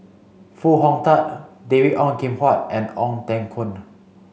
Foo Hong Tatt David Ong Kim Huat and Ong Teng Koon